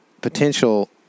Potential